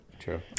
True